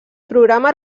programes